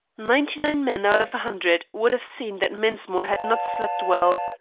ninety-nine men out of a hundred would have seen that mensmore had not slept well.